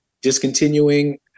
discontinuing